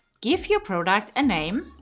give your product a name,